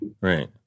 Right